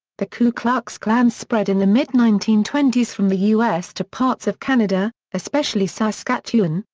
the ku klux klan spread in the mid nineteen twenty s from the u s. to parts of canada, especially saskatchewan,